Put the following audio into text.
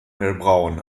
hellbraun